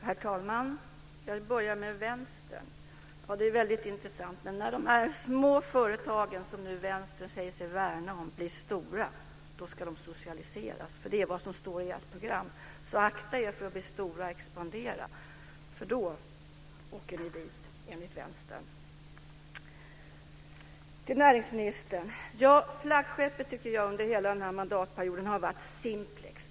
Herr talman! Jag vill börja med Vänstern. Det är väldigt intressant. När de här små företagen, som Vänstern nu säger sig värna om, blir stora, då ska de socialiseras. Det är vad som står i ert program. Så akta er för att bli stora och expandera, för då åker ni dit enligt Vänstern. Så vill jag säga något till näringsministern. Flaggskeppet, tycker jag, under hela den här mandatperioden har varit Simplex.